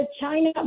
China